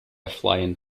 flying